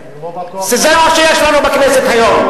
שזה מה שיש לנו בכנסת היום.